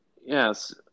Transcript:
yes